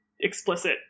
explicit